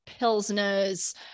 pilsners